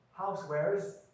housewares